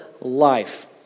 life